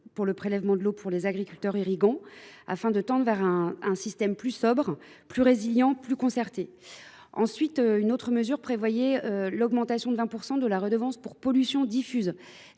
pour le prélèvement de l’eau due par les agriculteurs irrigants, afin de tendre vers un système plus sobre, plus résilient et plus concerté. Ensuite a été prévue une augmentation de 20 % de la redevance pour pollutions diffuses